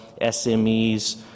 smes